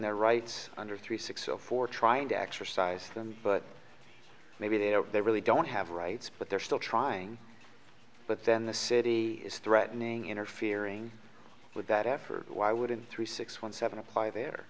their rights under three six zero for trying to exercise them but maybe they don't they really don't have rights but they're still trying but then the city is threatening interfering with that effort why wouldn't three six one seven apply there